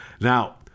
Now